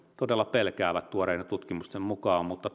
todella pelkäävät tuoreiden tutkimusten mukaan mutta